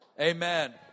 Amen